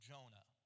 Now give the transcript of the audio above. Jonah